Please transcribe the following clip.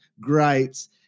greats